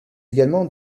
également